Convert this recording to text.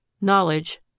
Knowledge